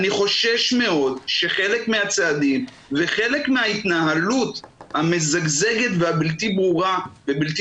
אני חושש מאוד שחלק מהצעדים וחלק מההתנהלות המזגזגת והבלתי ברורה והבלתי